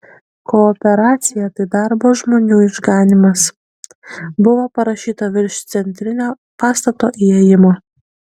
kooperacija tai darbo žmonių išganymas buvo parašyta virš centrinio pastato įėjimo